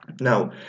Now